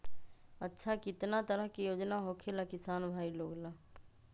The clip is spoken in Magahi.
अच्छा कितना तरह के योजना होखेला किसान भाई लोग ला?